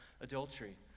adultery